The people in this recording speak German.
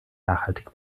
nachhaltig